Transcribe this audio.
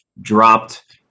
dropped